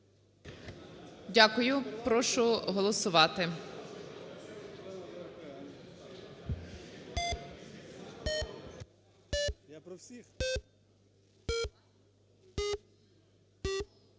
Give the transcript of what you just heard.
Дякую. Прошу голосувати.